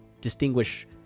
distinguish